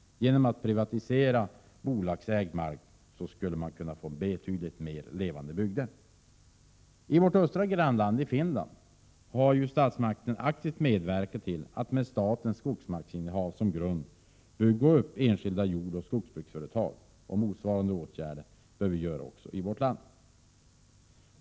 Genom att privatisera bolagsägd mark skulle man kunna få betydligt mer levande bygder. I Finland, vårt östra grannland, har statsmakterna aktivt medverkat till att med statens skogsmarksinnehav som grund bygga upp enskilda jordoch skogsbruksföretag. Motsvarande åtgärder bör vi göra också i vårt land.